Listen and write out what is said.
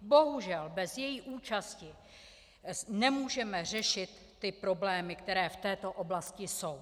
Bohužel bez její účasti nemůžeme řešit ty problémy, které v této oblasti jsou.